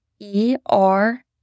E-R